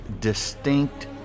distinct